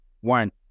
One